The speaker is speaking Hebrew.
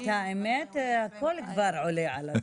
האמת, הכול כבר עולה על הדעת.